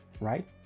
right